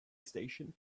station